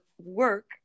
work